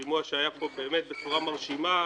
שימוע שהיה כאן בצורה מרשימה,